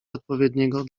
odpowiedniego